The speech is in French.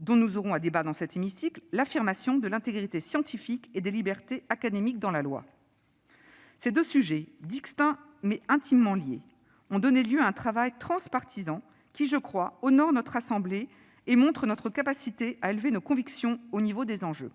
dont nous aurons à débattre dans cet hémicycle : l'affirmation de l'intégrité scientifique et des libertés académiques dans la loi. Ces deux sujets, distincts mais intimement liés, ont donné lieu à un travail transpartisan qui, je le crois, honore notre assemblée et montre notre capacité à élever nos convictions au niveau des enjeux.